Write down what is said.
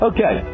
Okay